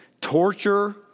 torture